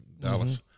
Dallas